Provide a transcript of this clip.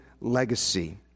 legacy